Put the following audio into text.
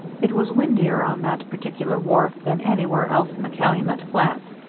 it was windier on that particular wharf than anywhere else in the calumet flats,